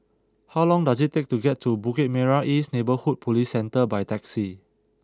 how long does it take to get to Bukit Merah East Neighbourhood Police Centre by taxi